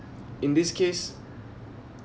in this case